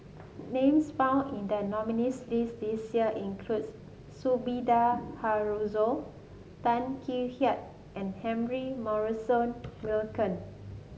names found in the nominees' list this year includes Sumida Haruzo Tan Kek Hiang and Humphrey Morrison Burkill